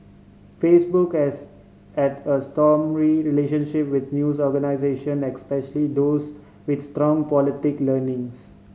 Facebook has had a stormy relationship with news organisation especially those with strong politic leanings